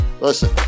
Listen